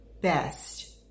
best